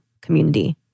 community